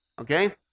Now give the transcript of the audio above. Okay